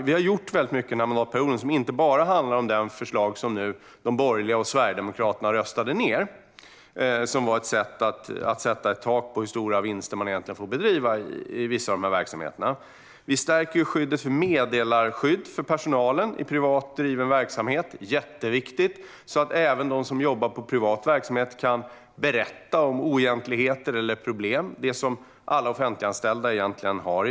Vi har gjort väldigt mycket under mandatperioden som inte bara handlar om det förslag som de borgerliga och Sverigedemokraterna nyligen röstade ned och som gick ut på att sätta ett tak på hur stora vinster man egentligen får ta ut inom vissa av dessa verksamheter. Vi stärker meddelarskyddet för personalen i privat driven verksamhet. Det är jätteviktigt. Även de som jobbar inom privat verksamhet ska kunna berätta om oegentligheter eller problem, vilket är en rätt som alla offentliganställda har i dag.